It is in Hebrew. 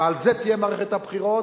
ועל זה תהיה מערכת הבחירות,